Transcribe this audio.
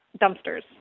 dumpsters